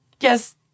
yes